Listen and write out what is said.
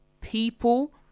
people